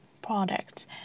products